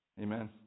Amen